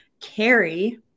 carry